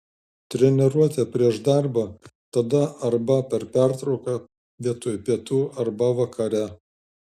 treniruotė prieš darbą tada arba per pertrauką vietoj pietų arba vakare